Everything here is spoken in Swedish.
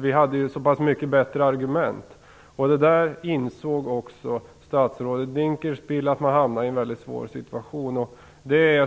Vi hade ju så pass mycket bättre argument. Det insåg även statsrådet Dinkelspiel. Man hamnade i en mycket svår situation.